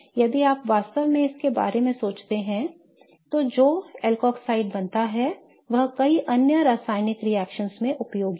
यदि आप वास्तव में इसके बारे में सोचते हैं तो जो एल्कोऑक्साइड बनता है वह कई अन्य रासायनिक रिएक्शनओं में उपयोगी है